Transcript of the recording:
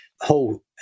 whole